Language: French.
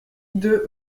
deux